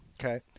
Okay